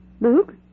Luke